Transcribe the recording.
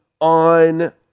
on